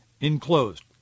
enclosed